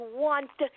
want